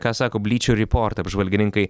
ką sako blyčiur ryport apžvalgininkai